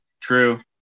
True